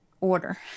order